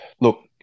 Look